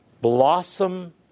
blossom